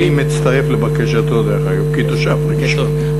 אני מצטרף לבקשתו, דרך אגב, כתושב ראשון.